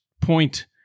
point